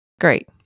Great